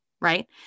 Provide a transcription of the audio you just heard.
right